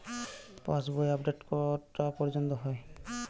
পাশ বই আপডেট কটা পর্যন্ত হয়?